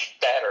better